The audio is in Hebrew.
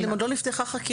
אבל אם עוד לא נפתחה חקירה,